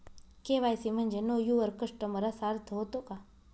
KYC म्हणजे know your customer असा अर्थ होतो का?